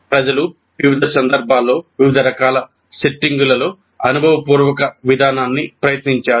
ప్రజలు వివిధ సందర్భాల్లో వివిధ రకాల సెట్టింగులలో అనుభవపూర్వక విధానాన్ని ప్రయత్నించారు